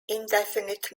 indefinite